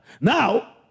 Now